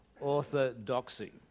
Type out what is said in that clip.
orthodoxy